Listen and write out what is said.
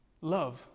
Love